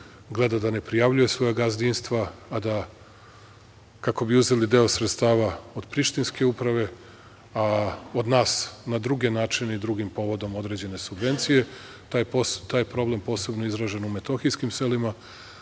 gleda da ne prijavljuje svoja gazdinstva, a da, kako bi uzeli deo sredstava od prištinske uprave, a od nas na druge načine i drugim povodom određene subvencije. Taj problem posebno je izražen u metohijskim selima,